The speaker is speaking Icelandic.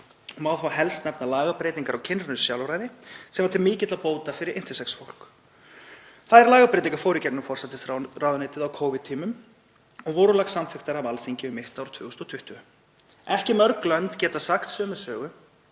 Má þar helst nefna lagabreytingar á kynrænu sjálfræði sem er til mikilla bóta fyrir intersex fólk. Þær lagabreytingar fóru í gegnum forsætisráðuneytið á Covid-tímum og voru loks samþykktar af Alþingi um mitt ár 2020. Ekki mörg lönd geta sagt sömu sögu,